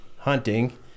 hunting